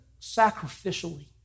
sacrificially